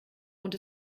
und